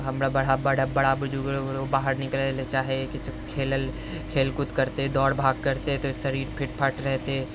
हमरा बड़ा बड़ा बड़ा बुजुर्ग लोक ओ बाहर निकलैले चाहैए किछौ खेलैले खेलकूद करतै दौड़ भाग करतै तऽ शरीर फिट फाट रहतै